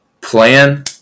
plan